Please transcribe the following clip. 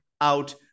out